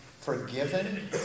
forgiven